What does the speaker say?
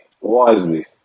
wisely